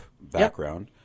background